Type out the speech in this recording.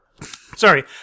Sorry